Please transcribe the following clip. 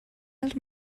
dels